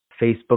Facebook